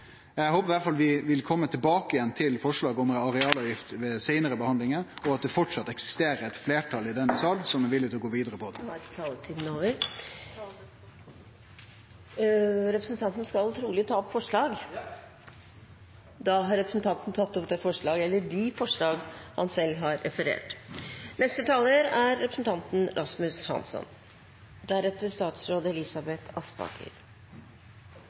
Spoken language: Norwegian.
Eg håpar iallfall vi vil kome tilbake igjen til forslaget om arealavgift ved seinare behandlingar, og at det framleis eksisterer eit fleirtal i denne sal som er villig til å gå vidare med det. Representanten skal trolig ta opp forslag? Ja. Representanten Torgeir Knag Fylkesnes har tatt opp